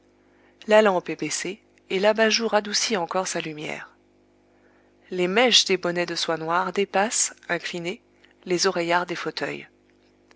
la lampe est baissée et l'abat-jour adoucit encore sa lumière les mèches des bonnets de soie noire dépassent inclinées les oreillards des fauteuils